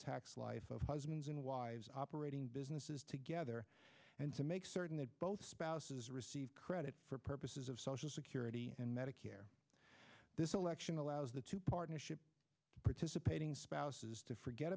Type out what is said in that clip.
tax life of husbands and wives operating businesses together and to make certain that both spouses receive credit for purposes of social security and medicare this election allows the two partnership participating spouses to forget